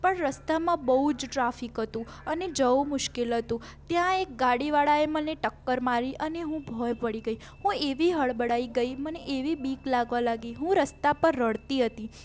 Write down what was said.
પણ રસ્તામાં બહુ જ ટ્રાફિક હતું અને જવું મુશ્કેલ હતું ત્યાં એક ગાડીવાળાએ મને ટક્કર મારી અને હું ભોંય પડી ગઈ અને હું એવી હડબડાઈ ગઈ મને એવી બીક લાગવા લાગી હું રસ્તા પર રડતી હતી